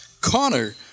Connor